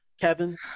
Kevin